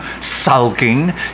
sulking